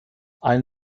ein